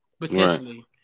potentially